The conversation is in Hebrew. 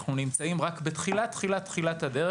אנחנו נמצאים רק בתחילת הדרך,